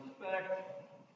respect